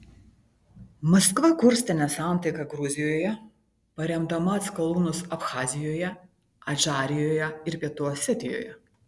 maskva kurstė nesantaiką gruzijoje paremdama atskalūnus abchazijoje adžarijoje ir pietų osetijoje